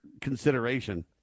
consideration